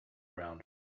round